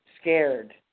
Scared